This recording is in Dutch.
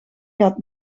gaat